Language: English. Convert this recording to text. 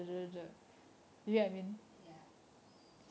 ya